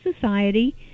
society